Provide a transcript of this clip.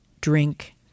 drink